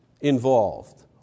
involved